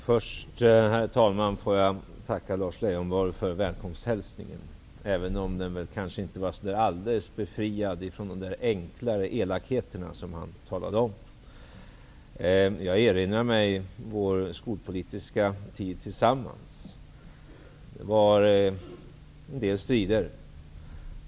Herr talman! Jag vill först tacka Lars Leijonborg för välkomsthälsningen, även om den inte var alldeles befriad från de enklare elakheter som han talade om. Jag erinrar mig vår skolpolitiska tid tillsammans. Det var en del strider.